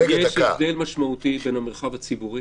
יש הבדל משמעותי בין המרחב הציבורי